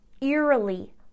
eerily